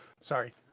sorry